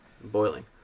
boiling